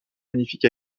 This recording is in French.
magnifique